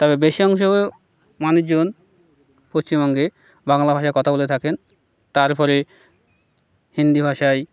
তবে বেশি অংশও মানুষজন পশ্চিমবঙ্গে বাংলা ভাষায় কথা বলে থাকেন তারপরে হিন্দি ভাষায়